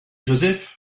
joseph